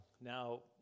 now